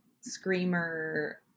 screamer